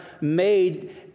made